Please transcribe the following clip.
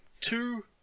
two